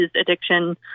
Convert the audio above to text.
addiction